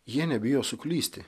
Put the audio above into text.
jie nebijo suklysti